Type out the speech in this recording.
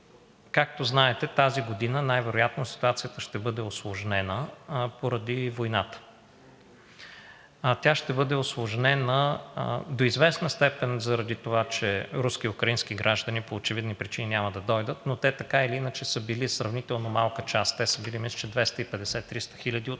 Както знаете, тази година най-вероятно ситуацията ще бъде усложнена поради войната. Тя ще бъде усложнена до известна степен заради това, че руски и украински граждани по очевидни причини няма да дойдат, но те така или иначе са били сравнително малка част, били са, мисля, че 250 – 300 хиляди от